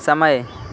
समय